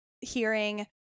hearing